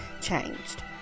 changed